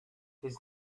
his